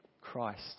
Christ